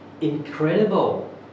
incredible